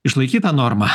išlaikyt tą normą